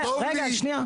רגע, שנייה.